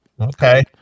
Okay